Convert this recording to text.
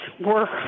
work